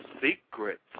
Secrets